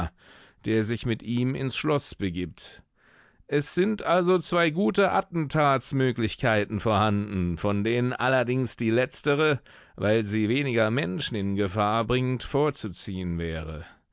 der sich mit ihm ins schloß begibt es sind also zwei gute attentatsmöglichkeiten vorhanden von denen allerdings die letztere weil sie weniger menschen in gefahr bringt vorzuziehen wäre